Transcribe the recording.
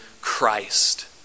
Christ